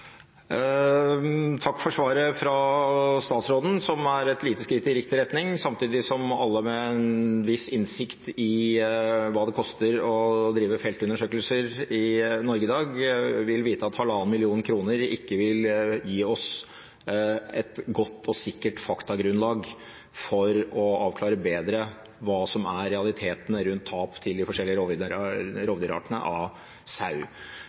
Takk for svaret fra statsråden. Det er et lite skritt i riktig retning. Samtidig vil alle med en viss innsikt i hva det koster å drive feltundersøkelser i Norge i dag, vite at 1,5 mill. kr ikke vil gi oss et godt og sikkert faktagrunnlag for å avklare bedre hva som er realitetene rundt tap av sau til de forskjellige rovdyrartene.